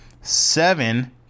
seven